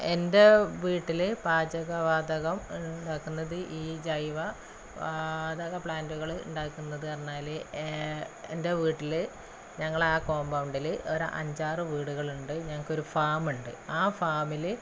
എൻ്റെ വീട്ടില് പാചക വാതകം ഉണ്ടാക്കുന്നത് ഈ ജൈവ വാതക പ്ലാന്റുകള് ഉണ്ടാക്കുന്നതെന്നു പറഞ്ഞാല് എന്റെ വീട്ടില് ഞങ്ങളാ കോമ്പൗണ്ടില് ഒരഞ്ചാറ് വീടുകളുണ്ട് ഞങ്ങള്ക്കൊരു ഫാമുണ്ട് ആ ഫാമില്